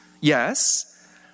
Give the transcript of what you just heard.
yes